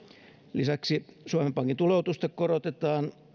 lisäksi suomen pankin tuloutusta korotetaan